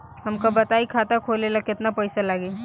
हमका बताई खाता खोले ला केतना पईसा लागी?